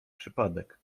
przypadek